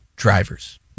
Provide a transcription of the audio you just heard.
drivers